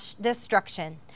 destruction